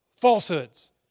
falsehoods